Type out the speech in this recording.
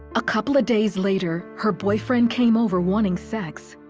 a couple of days later, her boyfriend came over wanting sex.